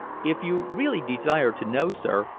if you really desire to know, sir,